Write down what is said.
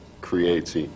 creates